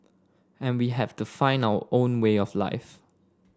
and we have to find our own way of life